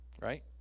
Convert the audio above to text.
right